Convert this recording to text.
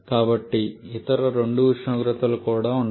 కాబట్టి ఇతర రెండు ఉష్ణోగ్రతలు కూడా ఉంటాయి